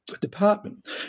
Department